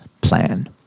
plan